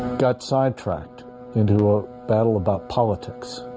got sidetracked into a battle about politics.